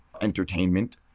entertainment